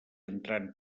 entrant